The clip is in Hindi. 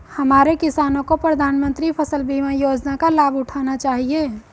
हमारे किसानों को प्रधानमंत्री फसल बीमा योजना का लाभ उठाना चाहिए